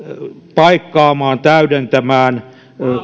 paikkaamaan täydentämään